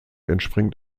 entspringt